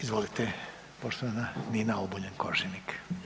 Izvolite, poštovana Nina Obuljen Koržinek.